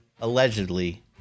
Allegedly